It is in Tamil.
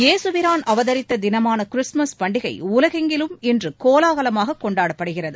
ஏசுபிரான் அவதரித்த தினமான கிறிஸ்துமஸ் பண்டிகை உலகெங்கிலும் இன்று கோலாகலமாகக் கொண்டாடப்படுகிறது